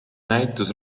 näitus